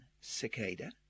cicada